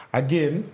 again